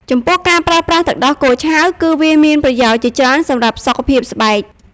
ចំពោះការប្រើប្រាស់ទឹកដោះគោឆៅ គឺវាមានប្រយោជន៍ជាច្រើនសម្រាប់សុខភាពស្បែក។